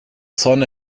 son